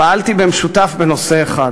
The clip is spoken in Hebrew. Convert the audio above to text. פעלתי במשותף בנושא אחד.